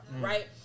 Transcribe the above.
Right